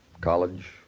College